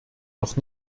noch